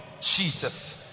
Jesus